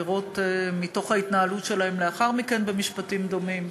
לראות מתוך ההתנהלות שלהם לאחר מכן במשפטים דומים.